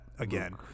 Again